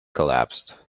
collapsed